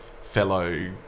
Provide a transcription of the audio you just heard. fellow